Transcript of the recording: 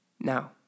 Now